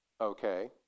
okay